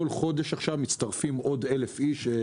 בכל חודש מצטרפים עוד אלף איש.